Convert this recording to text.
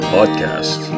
Podcast